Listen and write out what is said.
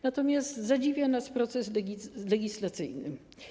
Natomiast zadziwia nas proces legislacyjny.